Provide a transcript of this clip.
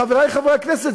חברי חברי הכנסת,